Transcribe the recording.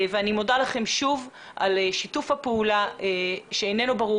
אני מודה לכם שוב על שיתוף הפעולה שאיננו ברור